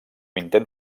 intent